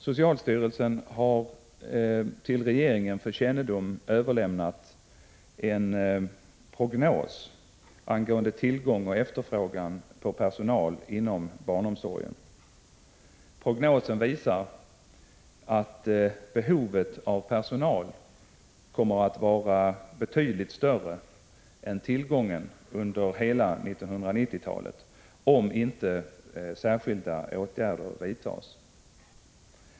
Socialstyrelsen har till regeringen för kännedom överlämnat en prognos angående tillgång och efterfrågan på personal inom barnomsorgen. Prognosen visar att behovet av personal kommer att vara betydligt större än tillgången under hela 1990-talet, om inte särskilda åtgärder vidtas.